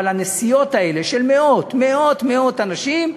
אבל הנסיעות האלה של מאות, מאות, מאות אנשים,